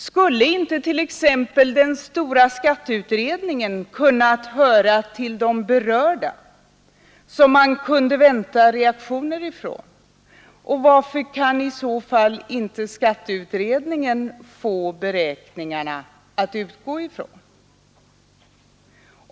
Skulle inte t.ex. den stora skatteutredningen ha kunnat höra till de berörda, som man kunde vänta reaktioner från, och varför kan i så fall inte skatteutredningen få beräkningarna att utgå från?